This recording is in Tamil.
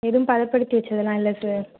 எதுவும் பதப்படுத்தி வைச்சதெல்லாம் இல்லை சார்